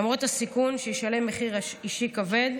למרות הסיכון שישלם מחירי אישי כבד,